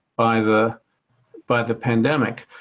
by the by the pandemic.